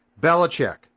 Belichick